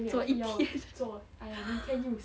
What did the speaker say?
做一天